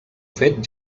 fet